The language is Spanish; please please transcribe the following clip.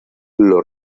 los